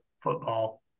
football